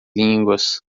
línguas